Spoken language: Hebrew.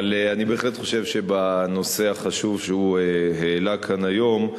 אבל אני בהחלט חושב שבנושא החשוב שהוא העלה כאן היום,